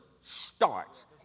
starts